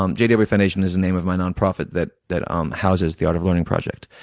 um jw and but foundation is the name of my non-profit that that um houses the art of learning project.